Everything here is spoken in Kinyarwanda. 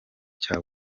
cya